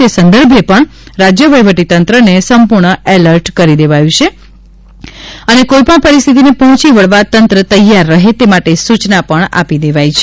તે સંદર્ભે પણ રાજ્ય વહીવટી તંત્રને સંપૂર્ણ એલર્ટ કરી દેવાયું છે અને કોઈપણ પરિસ્થિતિને પહોંચી વળવા તંત્ર તેયાર રહે તે માટે સૂચના પણ આપી દેવાઈ છે